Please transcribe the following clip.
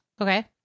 Okay